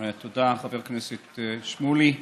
תודה, חבר הכנסת שמולי.